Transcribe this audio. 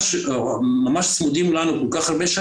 עברו כמה דברים, ואנחנו מחכים לאישור הסופי.